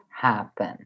happen